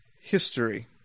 History